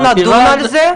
לא נדון על זה.